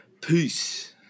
Peace